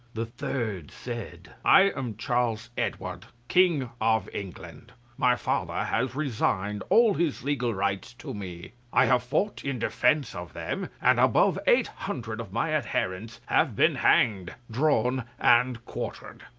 the third said i am charles edward, king of england my father has resigned all his legal rights to me. i have fought in defence of them and above eight hundred of my adherents have been hanged, drawn, and quartered.